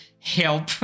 Help